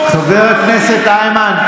חבר הכנסת איימן,